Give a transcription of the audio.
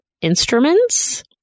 instruments